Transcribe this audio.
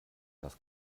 das